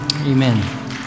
Amen